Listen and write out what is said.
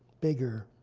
bigger.